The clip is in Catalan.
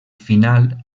final